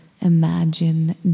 imagine